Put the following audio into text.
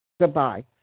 Goodbye